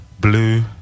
Blue